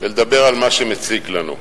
ולדבר על מה שמציק לנו.